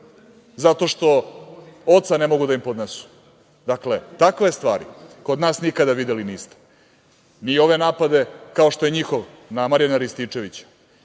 Zato što oca ne mogu da im podnesu. Dakle, takve stvari kod nas nikada videli nisu, ni ove napade, kao što je njihov na Marijana Rističevića,